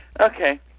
Okay